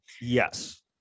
yes